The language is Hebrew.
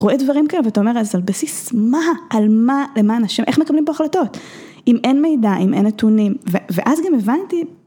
רואה דברים כאלה, ואתה אומר, אז על בסיס מה, על מה, למען השם, איך מקבלים פה החלטות? אם אין מידע, אם אין נתונים, ואז גם הבנתי...